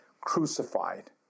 crucified